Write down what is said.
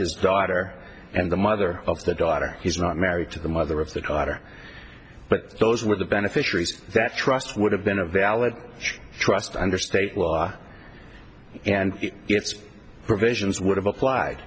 his daughter and the mother of the daughter he's not married to the mother of the cutter but those were the beneficiaries that trust would have been a valid trust under state law and its provisions would have applied